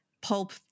pulp